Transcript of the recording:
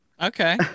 Okay